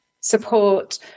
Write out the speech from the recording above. support